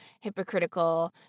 hypocritical